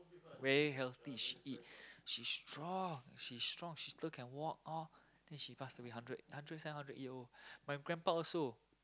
very healthy she eat she strong she's strong she still can walk all then she pass away hundred hundred seven hundred year old my grandpa also